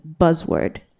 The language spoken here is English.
buzzword